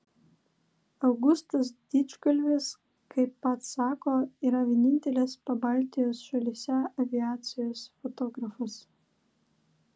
augustas didžgalvis kaip pats sako yra vienintelis pabaltijo šalyse aviacijos fotografas